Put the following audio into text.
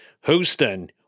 Houston